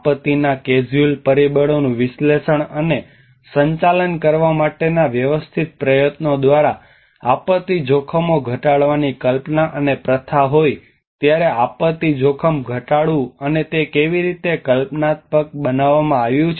આપત્તિના કેઝ્યુઅલ પરિબળોનું વિશ્લેષણ અને સંચાલન કરવા માટેના વ્યવસ્થિત પ્રયત્નો દ્વારા આપત્તિ જોખમો ઘટાડવાની કલ્પના અને પ્રથા હોય ત્યારે આપત્તિ જોખમ ઘટાડવું અને તે કેવી રીતે કલ્પનાત્મક બનાવવામાં આવ્યું છે